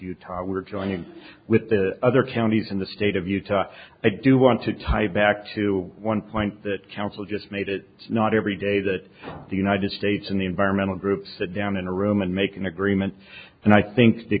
utah we're joining with the other counties in the state of utah i do want to tie back to one point that counsel just made it is not every day that the united states and the environmental groups sit down in a room and make an agreement and i think the